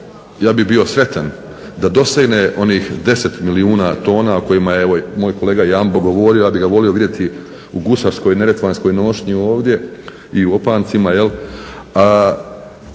ja bih bio sretan da dosegne onih 10 milijuna tona o kojima je evo moj kolega Jambo govorio, ja bih ga volio vidjeti u gusarskoj neretvanskoj nošnji ovdje i u opancima jel,